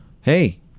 hey